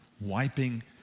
wiping